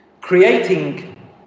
Creating